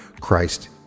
Christ